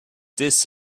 this